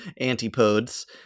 Antipodes